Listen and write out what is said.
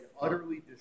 utterly